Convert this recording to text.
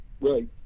Right